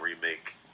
remake